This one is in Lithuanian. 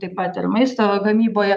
taip pat ir maisto gamyboje